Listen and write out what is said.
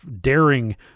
daring